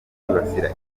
kwibasira